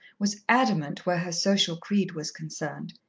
was adamant where her social creed was concerned.